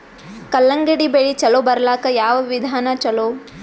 ಕಲ್ಲಂಗಡಿ ಬೆಳಿ ಚಲೋ ಬರಲಾಕ ಯಾವ ವಿಧಾನ ಚಲೋ?